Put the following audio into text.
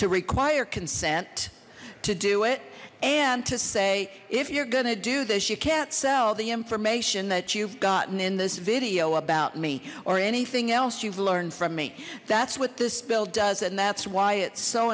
to require consent to do it and to say if you're gonna do this you can't sell the information that you've gotten in this video about me or anything else you've learned from me that's what this bill does and that's why it's so